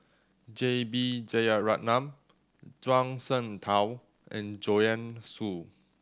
J B Jeyaretnam Zhuang Shengtao and Joanne Soo